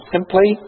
Simply